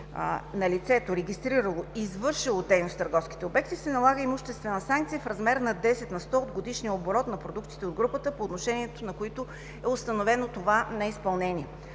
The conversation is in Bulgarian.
на лицето, регистрирало и извършило дейност в търговските обекти, се налага имуществена санкция в размер на 10 на сто от годишния оборот на продуктите от групата, по отношение на които е установено това неизпълнение.